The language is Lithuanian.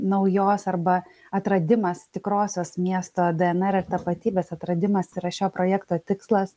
naujos arba atradimas tikrosios miesto dnr ar tapatybės atradimas yra šio projekto tikslas